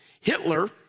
Hitler